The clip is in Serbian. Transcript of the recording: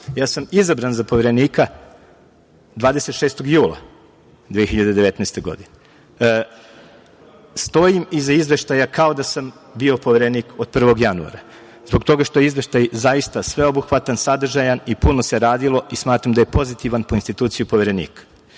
Ja sam izabran za Poverenika 26. jula 2019. godine. Stojim iza Izveštaja kao da sam bio Poverenik od 1. januara, zbog toga što je Izveštaj zaista sveobuhvatan, sadržajan, puno se radilo i smatram da je pozitivan po instituciju Poverenika. Želim